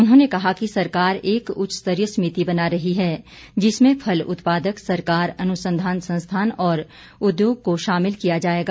उन्होंने कहा कि सरकार एक उच्च स्तरीय समिति बना रही है जिसमें फल उत्पादक सरकार अनुसंधान संस्थान और उद्योग को शामिल किया जाएगा